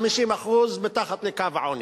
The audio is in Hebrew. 50% מתחת לקו העוני.